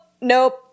nope